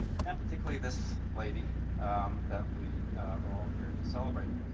and particularly this lady that we are all here to celebrate.